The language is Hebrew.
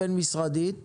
בין-משרדית